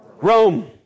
Rome